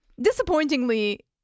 Disappointingly